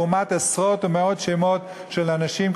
לעומת עשרות ומאות שמות של אנשים,